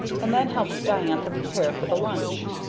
and then helped diantha prepare for the lunch.